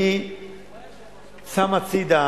אני שם הצדה